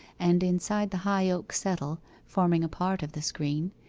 and inside the high oak settle, forming a part of the screen,